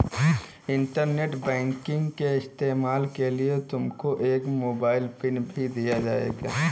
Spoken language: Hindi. इंटरनेट बैंकिंग के इस्तेमाल के लिए तुमको एक मोबाइल पिन भी दिया जाएगा